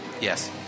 Yes